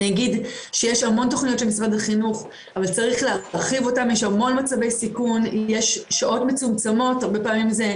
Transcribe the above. משרד הבריאות ד"ר פבל ספיבק, אתה איתנו?